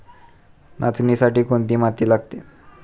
नाचणीसाठी कोणती माती लागते?